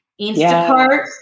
Instacart